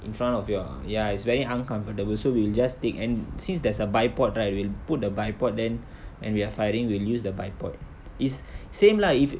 in front of your ya it's very uncomfortable so we'll just stick and since there's a bypod right we'll put the bypod then and we are firing we'll use the bypod point is same lah i~